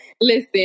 listen